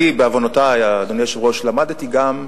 אני, בעוונותי, אדוני היושב-ראש, למדתי גם,